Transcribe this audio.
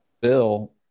bill